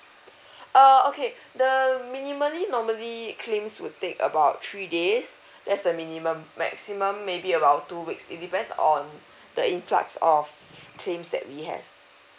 ah okay the minimally normally claims would take about three days that's the minimum maximum maybe about two weeks it depends on the influx of claims that we have